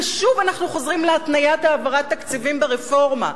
ושוב אנחנו חוזרים להתניית העברת תקציבים ברפורמה.